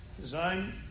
design